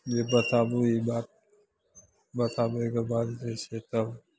जे बताबू ई बात बताबैके बाद जे छै तब